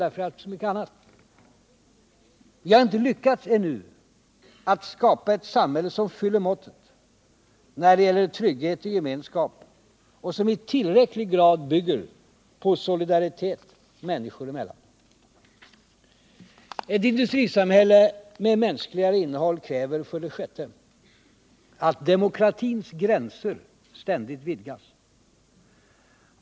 Vi har ännu inte lyckats skapa ett samhälle, som fyller måttet när det gäller trygghet och gemenskap och som i tillräcklig grad bygger på solidaritet människor emellan. Ett industrisamhälle med mänskligare innehåll kräver, för det sjätte, att demokratins gränser ständigt vidgas.